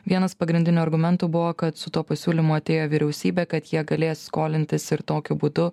vienas pagrindinių argumentų buvo kad su tuo pasiūlymu atėjo vyriausybė kad jie galės skolintis ir tokiu būdu